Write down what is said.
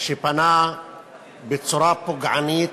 שפנה בצורה פוגענית,